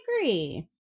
agree